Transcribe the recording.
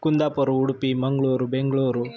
Kundapur Udupi Mangaluru Bengaluru